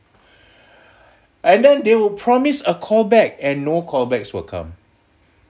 and then they will promise a call back and no call backs will come